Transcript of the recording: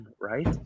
right